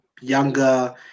younger